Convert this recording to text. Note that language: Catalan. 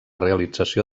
realització